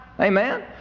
amen